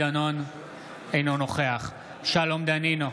אינו נוכח שלום דנינו,